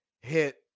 hit